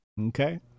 Okay